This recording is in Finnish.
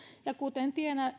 ja kuten